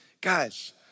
guys